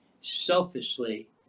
selfishly